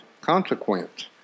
consequence